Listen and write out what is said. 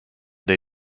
der